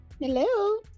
Hello